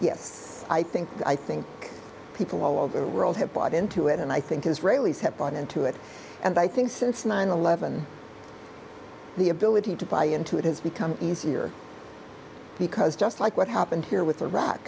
yes i think i think people all over the world have bought into it and i think israelis have bought into it and i think since nine eleven the ability to buy into it has become easier because just like what happened here with iraq